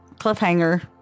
cliffhanger